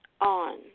on